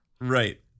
Right